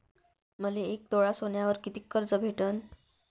मले एक तोळा सोन्यावर कितीक कर्ज भेटन?